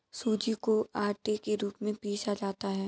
सूजी को आटे के रूप में पीसा जाता है